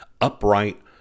upright